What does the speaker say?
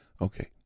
Okay